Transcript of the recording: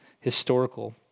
historical